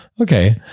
Okay